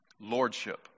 Lordship